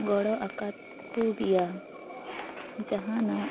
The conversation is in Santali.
ᱜᱚᱲᱚ ᱟᱠᱟᱫ ᱠᱩ ᱜᱤᱭᱟ ᱡᱟᱦᱟᱸ ᱱᱟᱜ